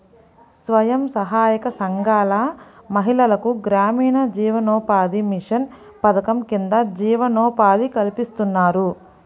స్వయం సహాయక సంఘాల మహిళలకు గ్రామీణ జీవనోపాధి మిషన్ పథకం కింద జీవనోపాధి కల్పిస్తున్నారు